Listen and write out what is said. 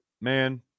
man